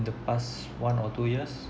the past one or two years